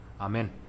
Amen